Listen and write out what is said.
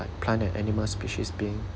like plant and animal species being